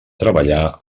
treballar